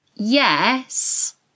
Yes